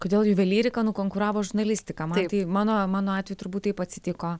kodėl juvelyrika nukonkuravo žurnalistiką man tai mano mano atveju turbūt taip atsitiko